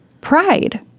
Pride